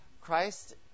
Christ